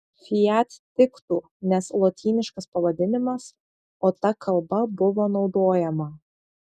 fiat tiktų nes lotyniškas pavadinimas o ta kalba buvo naudojama